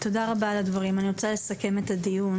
כלומר יש הרבה מאוד ילדים שיש להם את הקשיים האלה.